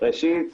ראשית,